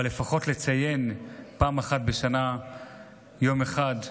אבל לפחות לציין פעם אחת בשנה יום אחד,